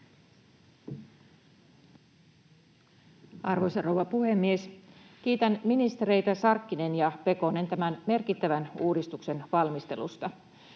Arvoisa rouva puhemies! Kiitän ministereitä Sarkkinen ja Pekonen tämän merkittävän uudistuksen valmistelusta.